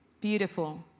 Beautiful